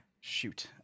Shoot